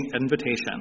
invitation